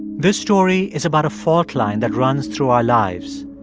this story is about a fault line that runs through our lives.